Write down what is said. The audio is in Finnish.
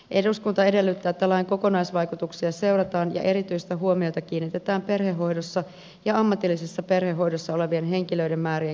eduskunta edellyttää että lain kokonaisvaikutuksia seurataan ja erityistä huomiota kiinnitetään perhehoidossa ja ammatillisessa perhehoidossa olevien henkilöiden määrien kehitykseen